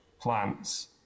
plants